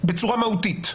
בצורה מהותית.